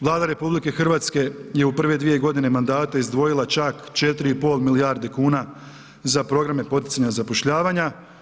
Vlada RH je u prve dvije godine mandata izdvojila čak 4,5 milijarde kuna za programe poticanja zapošljavanja.